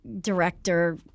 director